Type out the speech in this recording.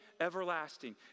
everlasting